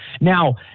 Now